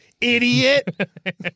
idiot